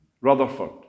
Rutherford